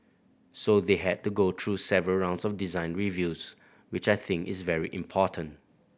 so they had to go through several rounds of design reviews which I think is very important